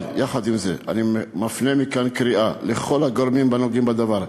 אבל יחד עם זה אני מפנה מכאן קריאה לכל הגורמים הנוגעים בדבר: